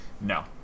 No